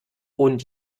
und